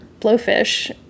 blowfish